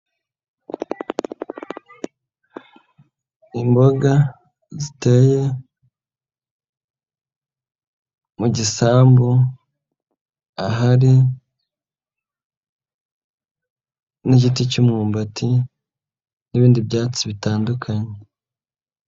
Imboga ziteye mu gisambu, ahari n'igiti cy'umbati n'ibindi byatsi bitandukanye.